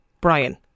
Brian